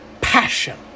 passion